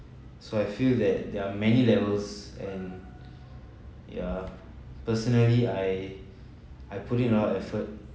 so I feel that there are many levels and yeah personally I I put in all lot of effort